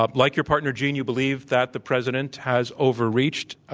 ah like your partner, gene, you believe that the president has overreached,